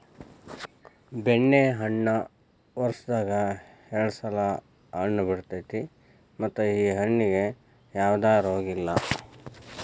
ಬೆಣ್ಣೆಹಣ್ಣ ವರ್ಷದಾಗ ಎರ್ಡ್ ಸಲಾ ಹಣ್ಣ ಬಿಡತೈತಿ ಮತ್ತ ಈ ಹಣ್ಣಿಗೆ ಯಾವ್ದ ರೋಗಿಲ್ಲ